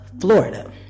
Florida